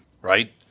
right